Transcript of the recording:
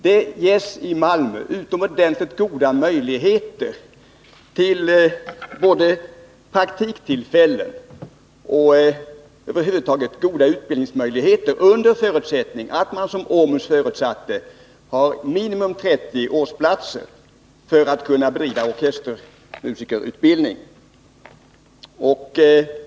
Det ges i Malmö utomordentligt goda möjligheter till både praktiktillfällen och utbildning över huvud taget. Förutsättningen är, som OMUS angav, att man har ett minimum av 30 årsplatser för att kunna driva orkestermusikerutbildning.